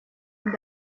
und